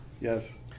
Yes